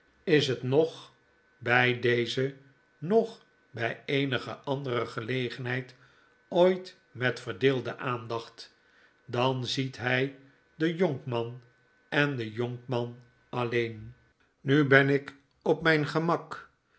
is het noch by deze noch by eenige andere gelegenheid ooit met verdeelde aandacht dan ziet hy den jonkman en den jonkman alleen nu ben ik op mijn gemak